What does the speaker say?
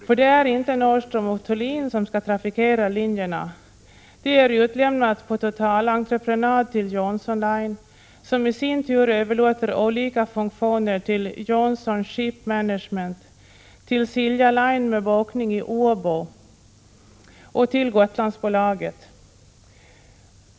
Det är nämligen inte Nordström & Thulin som skall trafikera linjerna, utan det är utlämnat på totalentreprenad till Johnson Line, som i sin tur överlåter olika funktioner till Johnson Shipmanagement, till Silja Line med bokning i Åbo och till Gotlandsbolaget.